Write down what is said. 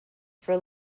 for